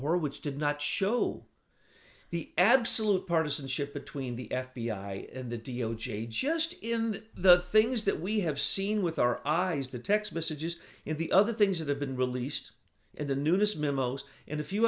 horowitz did not show the absolute partisanship between the f b i and the d o j just in the things that we have seen with our eyes the text messages and the other things that have been released and the newness memos and a few